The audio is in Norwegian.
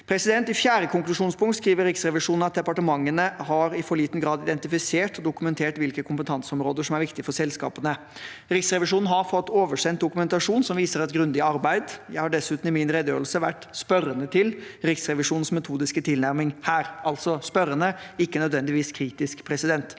I fjerde konklusjonspunkt skriver Riksrevisjonen følgende: «Departementene har i for liten grad identifisert og dokumentert hvilke kompetanseområder som er viktige for selskapene.» Riksrevisjonen har fått oversendt dokumentasjon som viser et grundig arbeid. Jeg har dessuten i min redegjørelse vært spørrende til Riksrevisjonens metodiske tilnærming her – altså spørrende, ikke nødvendigvis kritisk.